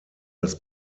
das